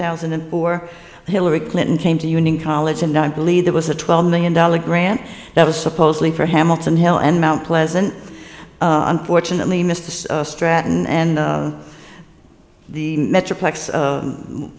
thousand and four hillary clinton came to union college and i believe there was a twelve million dollar grant that was supposedly for hamilton hill and mt pleasant unfortunately mr stratton and the metroplex